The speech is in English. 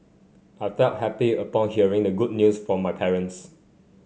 I felt happy upon hearing the good news from my parents